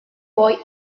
boy